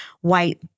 white